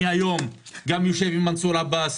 היום אני יושב עם מנסור עבאס,